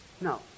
No